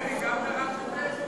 דרעי גם דרש את זה?